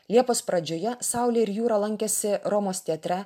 liepos pradžioje saulė ir jūra lankėsi romos teatre